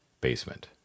basement